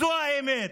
זו האמת.